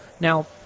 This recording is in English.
Now